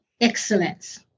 excellence